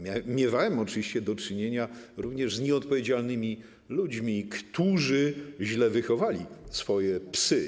Miewałem oczywiście do czynienia również z nieodpowiedzialnymi ludźmi, którzy źle wychowali swoje psy.